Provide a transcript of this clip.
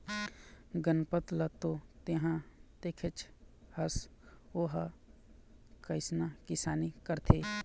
गनपत ल तो तेंहा देखेच हस ओ ह कइसना किसानी करथे